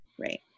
right